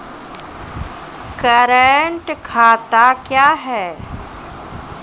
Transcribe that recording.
Current खाता क्या हैं?